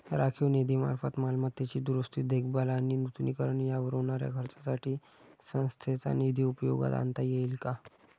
राखीव निधीमार्फत मालमत्तेची दुरुस्ती, देखभाल आणि नूतनीकरण यावर होणाऱ्या खर्चासाठी संस्थेचा निधी उपयोगात आणता येईल का?